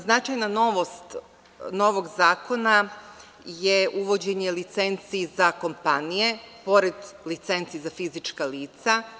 Značajna novost novog zakona je uvođenje licenci za kompanije, pored licenci za fizička lica.